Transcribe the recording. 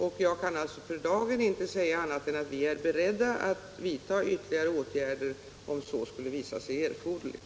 Jag kan inte för dagen säga annat än att vi är beredda att vidta ytterligare åtgärder om så skulle visa sig erforderligt.